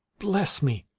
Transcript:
bless me!